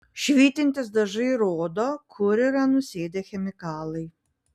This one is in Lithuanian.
švytintys dažai rodo kur yra nusėdę chemikalai